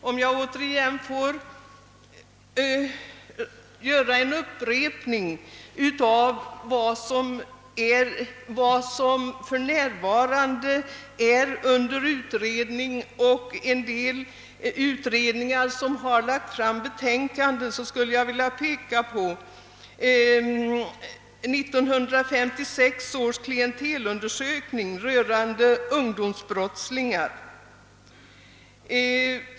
Om jag får göra en upprepning av vad som för närvarande är under utredning och en del utredningar som har lagt fram betänkanden, skulle jag vilja peka på 1956 års klientelundersökning rörande ungdomsbrottslingar.